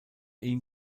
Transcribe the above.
ihn